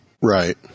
Right